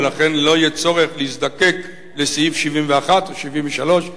ולכן לא יהיה צורך להזדקק לסעיף 71 או 73,